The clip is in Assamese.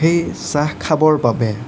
সেই চাহ খাবৰ বাবে